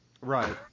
right